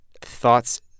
thoughts